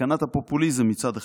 סכנת הפופוליזם, מצד אחד,